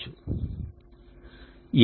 లెక్కించబడుతుంది